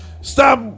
stop